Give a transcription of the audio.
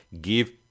Give